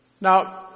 Now